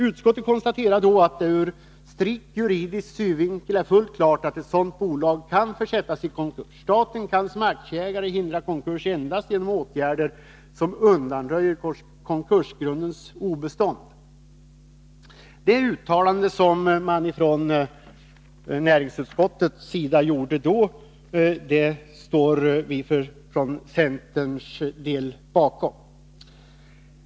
Utskottet konstaterade då att det ur strikt juridisk synvinkel är fullt klart att ett sådant bolag kan försättas i konkurs. Staten kan som aktieägare förhindra konkurs endast genom åtgärder som undanröjer konkursgrunden obestånd. Det uttalande som man från näringsutskottets sida då gjorde står centern helt bakom.